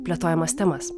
plėtojamas temas